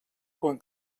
quan